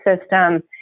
system